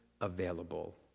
available